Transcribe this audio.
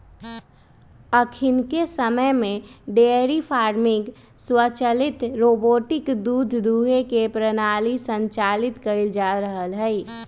अखनिके समय में डेयरी फार्मिंग स्वचालित रोबोटिक दूध दूहे के प्रणाली संचालित कएल जा रहल हइ